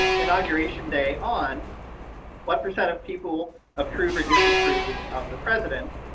inauguration day on what percent of people approve or disapprove of the president,